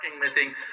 meeting